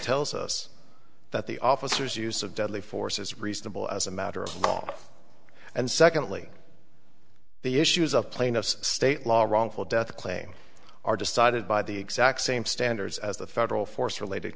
tells us that the officers use of deadly force is reasonable as a matter of law and secondly the issues of plaintiff's state law wrongful death claim are decided by the exact same standards as the federal force related